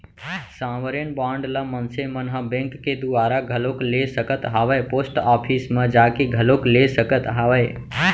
sovereign bond ल मनसे मन ह बेंक के दुवारा घलोक ले सकत हावय पोस्ट ऑफिस म जाके घलोक ले सकत हावय